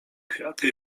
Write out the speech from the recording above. kwiaty